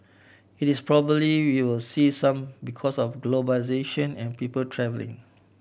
it is probably we will see some because of globalisation and people travelling